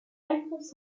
alphonse